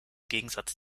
gegensatz